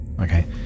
Okay